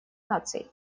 наций